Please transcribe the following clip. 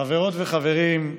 חברות וחברים,